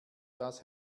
das